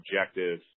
objective